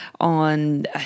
on